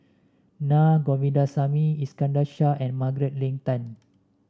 Naa Govindasamy Iskandar Shah and Margaret Leng Tan